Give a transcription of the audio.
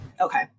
Okay